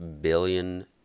billion